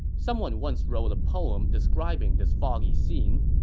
someone once wrote a poem describing this foggy scene.